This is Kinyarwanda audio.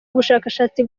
ubushakashatsi